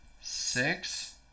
six